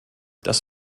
das